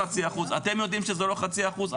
אתם יודעים שזה לא חצי אחוז,